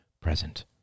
present